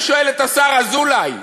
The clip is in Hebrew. אני שואל את השר אזולאי,